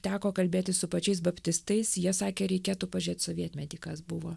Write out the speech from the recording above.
teko kalbėtis su pačiais baptistais jie sakė reikėtų pažėt sovietmetį kas buvo